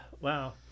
Wow